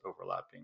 overlapping